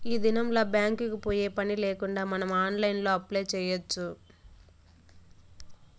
ఈ దినంల్ల బ్యాంక్ కి పోయే పనిలేకుండా మనం ఆన్లైన్లో అప్లై చేయచ్చు